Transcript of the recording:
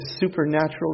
supernatural